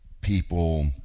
people